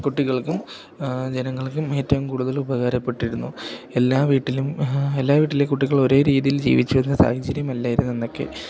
കുട്ടികൾക്കും ജനങ്ങൾക്കും ഏറ്റോം കൂടുതൽ ഉപകാരപ്പെട്ടിരുന്നു എല്ലാ വീട്ടിലും എല്ലാ വീട്ടിലെ കുട്ടികൾ ഓരോ രീതിയിൽ ജീവിച്ച് വരുന്ന സാഹചര്യമല്ലായിരുന്നു അന്നക്കെ